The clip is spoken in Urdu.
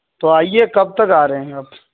تو آئیے کب تک آ رہے ہیں آپ